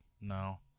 No